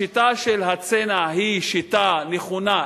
השיטה של הצנע היא שיטה נכונה,